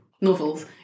novels